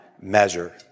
measure